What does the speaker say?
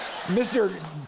Mr